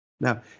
Now